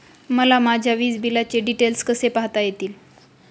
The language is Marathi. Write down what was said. मला माझ्या वीजबिलाचे डिटेल्स कसे पाहता येतील?